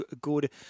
Good